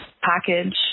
package